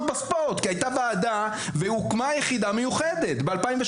בספורט כי היתה ועדה והוקמה יחידה מיוחדת ב-2016.